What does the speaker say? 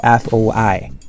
FOI